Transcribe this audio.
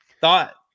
thought